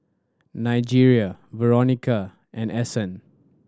Nigel Veronica and Ason